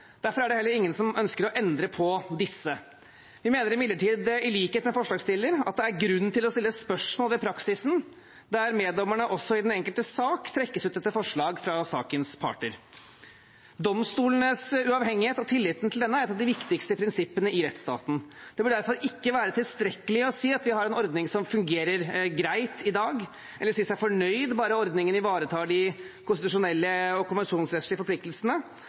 Derfor er det heller ingen som ønsker å endre på disse. Vi mener imidlertid, i likhet med forslagsstillerne, at det er grunn til å stille spørsmål ved praksisen der meddommerne også i den enkelte sak trekkes ut etter forslag fra sakens parter. Domstolenes uavhengighet og tilliten til denne er et av de viktigste prinsippene i rettsstaten. Det bør derfor ikke være tilstrekkelig å si at vi har en ordning som fungerer greit i dag, eller å si seg fornøyd bare ordningen ivaretar de konstitusjonelle og konvensjonsrettslige forpliktelsene.